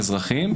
האזרחים,